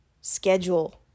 schedule